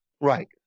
Right